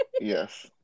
Yes